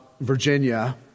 Virginia